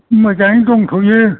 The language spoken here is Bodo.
मोजाङैनो दंथ'यो